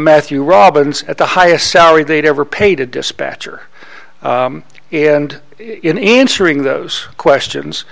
matthew robinson at the highest salary they'd ever pay to dispatcher and in answering those questions